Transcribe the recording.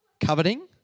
coveting